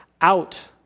out